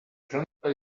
grandpa